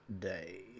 Day